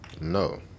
no